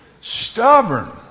Stubborn